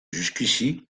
jusqu’ici